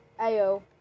Ayo